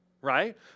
Right